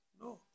no